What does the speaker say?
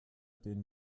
den